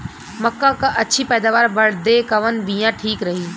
मक्का क अच्छी पैदावार बदे कवन बिया ठीक रही?